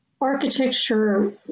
architecture